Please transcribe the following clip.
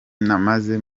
namaze